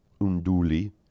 Unduli